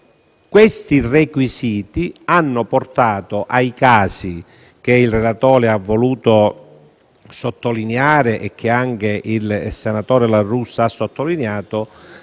Questi requisiti hanno portato ai casi, che il relatore ha voluto sottolineare (come anche il senatore La Russa), di tanti